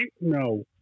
no